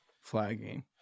flagging